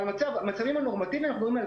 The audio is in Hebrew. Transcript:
אבל במצבים הנורמטיביים אנחנו מדברים על